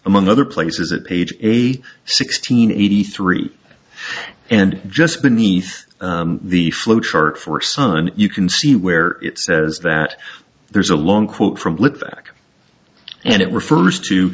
among other places at page a sixteen eighty three and just beneath the flow chart for sun you can see where it says that there's a long quote from back and it refers to